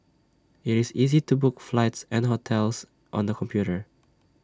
IT is easy to book flights and hotels on the computer